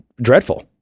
dreadful